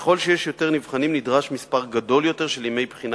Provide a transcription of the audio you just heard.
ככל שיש יותר נבחנים נדרש מספר גדול יותר של ימי בחינה